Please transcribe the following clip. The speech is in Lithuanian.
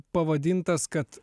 pavadintas kad